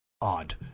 odd